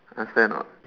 understand or not